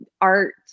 art